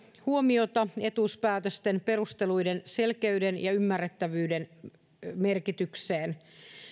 huomiota etuuspäätösten perusteluiden selkeyden ja ymmärrettävyyden merkitykseen